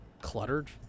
cluttered